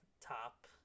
top